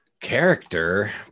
character